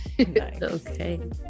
okay